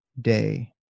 day